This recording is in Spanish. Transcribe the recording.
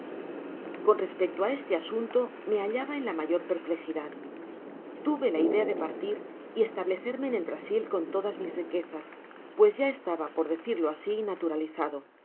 con respecto a este asunto m hallaba en la mayor perplejidad tuve la idea de partir y establecerme en el brasil con todas mis riquezas pues ya estaba por dirlo asi naturalizado